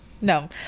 No